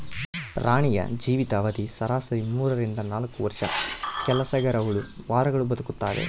ರಾಣಿಯ ಜೀವಿತ ಅವಧಿ ಸರಾಸರಿ ಮೂರರಿಂದ ನಾಲ್ಕು ವರ್ಷ ಕೆಲಸಗರಹುಳು ವಾರಗಳು ಬದುಕ್ತಾವೆ